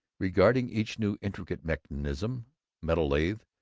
regarding each new intricate mechanism metal lathe,